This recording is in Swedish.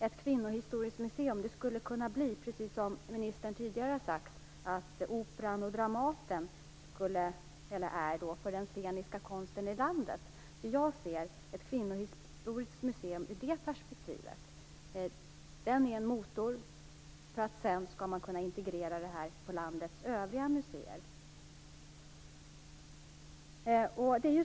Ett kvinnohistoriskt museum skulle, precis som ministern tidigare har sagt, kunna bli vad Operan eller Dramaten är för den sceniska konsten i landet. Jag ser alltså ett kvinnohistoriskt museum i det perspektivet. Det blir en motor för att sedan integrera det här i verksamheten på landets övriga museer.